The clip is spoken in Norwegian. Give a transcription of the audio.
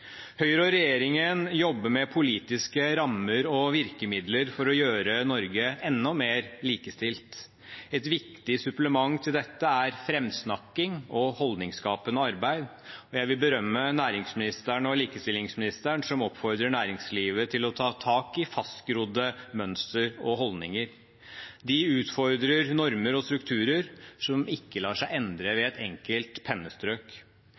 Høyre og regjeringen jobber med politiske rammer og virkemidler for å gjøre Norge enda mer likestilt. Et viktig supplement til dette er framsnakking og holdningsskapende arbeid, og jeg vil berømme næringsministeren og likestillingsministeren som oppfordrer næringslivet til å ta tak i fastgrodde mønstre og holdninger. De utfordrer normer og strukturer som ikke lar seg endre ved et enkelt pennestrøk.